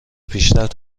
پیشرفت